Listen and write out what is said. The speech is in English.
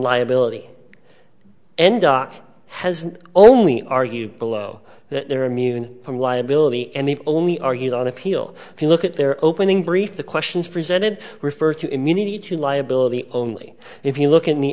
doc has only argue below that they're immune from liability and they've only argued on appeal if you look at their opening brief the questions presented refer to immunity to liability only if you look